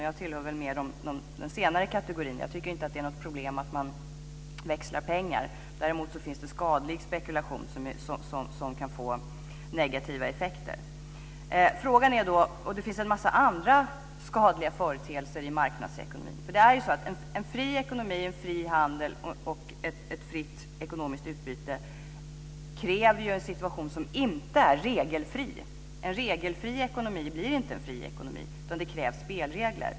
Själv tillhör jag nog mer den senare kategorin. Jag tycker inte att det är något problem att man växlar pengar. Däremot finns det skadlig spekulation som kan få negativa effekter. Det finns också en mängd andra skadliga företeelser i marknadsekonomin. En fri ekonomi, en fri handel och ett fritt ekonomiskt utbyte kräver en situation som inte är regelfri. En regelfri ekonomi blir nämligen inte en fri ekonomi, utan det krävs spelregler.